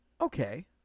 Okay